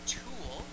tool